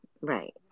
right